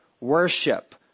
worship